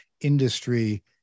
industry